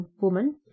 woman